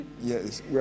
Yes